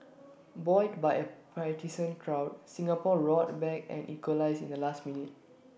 buoyed by A partisan crowd Singapore roared back and equalised in the last minute